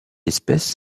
espèce